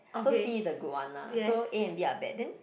so C is the good one lah so A and B are bad then